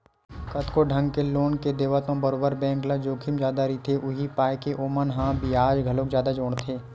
कतको ढंग के लोन के देवत म बरोबर बेंक ल जोखिम जादा रहिथे, उहीं पाय के ओमन ह बियाज घलोक जादा जोड़थे